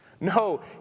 No